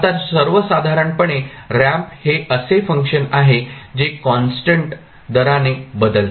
आता सर्वसाधारणपणे रॅम्प हे असे फंक्शन आहे जे कॉन्स्टंट दराने बदलते